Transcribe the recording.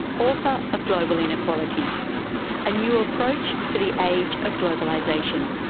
author of global inequality a new approach for the age of globalization.